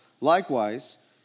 Likewise